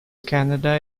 canada